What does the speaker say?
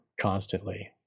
constantly